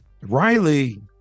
Riley